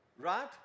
Right